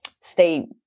stay